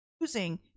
using